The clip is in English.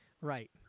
Right